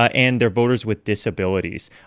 ah and they're voters with disabilities,